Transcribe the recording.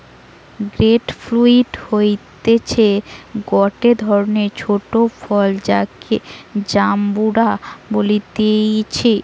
grape fruit হতিছে গটে ধরণের ছোট ফল যাকে জাম্বুরা বলতিছে